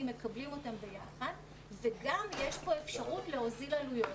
מקבלים אותם ביחד וגם יש פה אפשרות להוזיל עלויות.